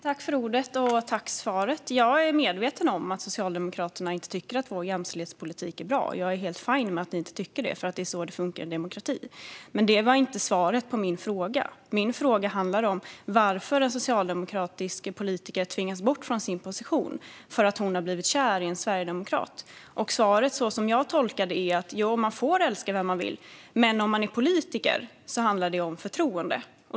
Fru talman! Jag vill tacka för svaret. Jag är medveten om att Socialdemokraterna inte tycker att vår jämställdhetspolitik är bra, och det är helt okej för mig. Det är nämligen så det fungerar i en demokrati. Men det var inget svar på min fråga. Min fråga handlar om varför en socialdemokratisk politiker tvingas bort från sin position på grund av att hon har blivit kär i en sverigedemokrat. Svaret är, som jag tolkar det, att man får älska vem man vill, men om man är politiker handlar det om förtroende.